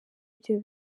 ibyo